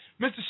Mr